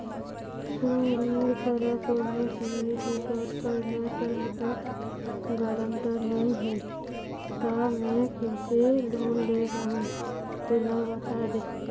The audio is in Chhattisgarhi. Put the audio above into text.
सर मोर करा कोन्हो सिविल रिकॉर्ड करना सहायता गारंटर नई हे ता मे किसे लोन ले पाहुं तेला बता दे